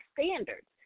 standards